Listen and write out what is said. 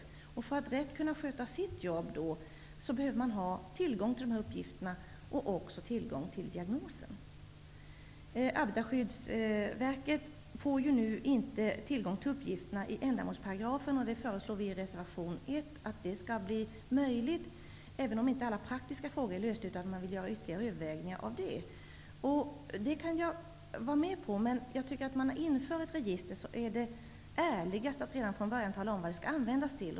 För att Arbetarskyddsstyrelsen skall kunna sköta sitt jobb behöver man ha tillgång till dessa uppgifter och till diagnoser. Arbetarskyddsverket får nu inte tillgång till uppgifterna i enlighet med ändamålsparagrafen. Vi föreslår i reservation 1 att det skall bli möjligt, även om inte alla praktiska frågor är lösta och man vill göra ytterligare överväganden. Jag kan vara med på det. Men när man inför ett register tycker jag att det är ärligast att redan från början tala om vad det skall användas till.